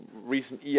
recent